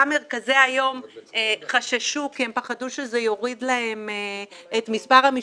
מרכזי היום חששו כי הם פחדו שזה יוריד להם את מספר המשתתפים,